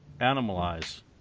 animalize